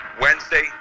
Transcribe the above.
wednesday